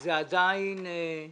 זה עדיין לא נחתם.